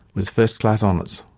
with first class honours.